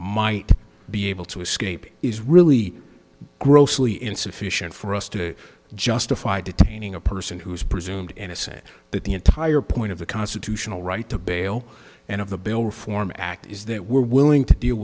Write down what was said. might be able to escape is really grossly insufficient for us to justify detaining a person who is presumed innocent but the entire point of the constitutional right to bail and of the bail reform act is that we're willing to deal